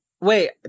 wait